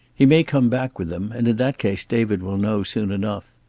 he may come back with them, and in that case david will know soon enough.